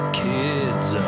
kids